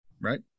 right